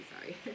Sorry